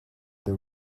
the